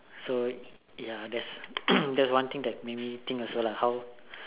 so ya that's that's one thing that made me think also lah how